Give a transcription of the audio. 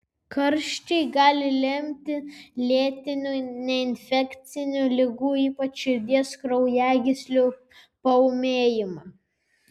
karščiai gali lemti lėtinių neinfekcinių ligų ypač širdies kraujagyslių paūmėjimą